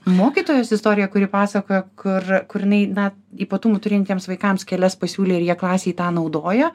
mokytojos istorija kuri pasakoja kur kur jinai na ypatumų turintiems vaikams kelias pasiūlė ir jie klasėj tą naudojo